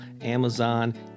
Amazon